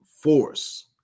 force